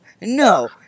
no